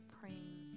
praying